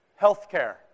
healthcare